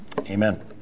Amen